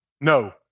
No